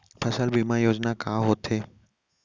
फसल बीमा योजना का होथे?